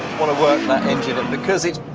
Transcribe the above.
want to work that engine and because it's